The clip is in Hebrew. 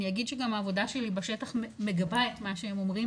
אני אגיד דגם העבודה שלי בשטח מגבה את מה שהם אומרים